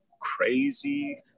crazy